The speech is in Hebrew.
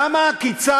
למה?